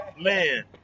Man